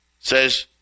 says